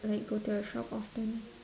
like go to your shop often